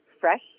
fresh